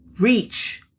reach